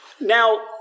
Now